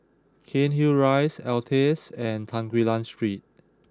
Cairnhill Rise Altez and Tan Quee Lan Street